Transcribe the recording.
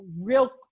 real